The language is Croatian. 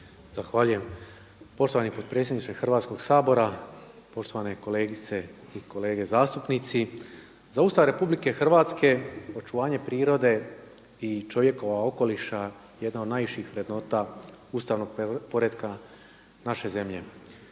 Zahvaljujem. Poštovani potpredsjedniče Hrvatskog sabora, poštovane kolegice i kolege zastupnici. Za Ustav Republike Hrvatske, očuvanje prirode i čovjekova okoliša jedna je od najviših vrednota ustavnog poretka naše zemlje.